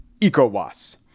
ECOWAS